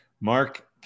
Mark